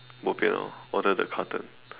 bo pian orh order the carton